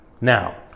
Now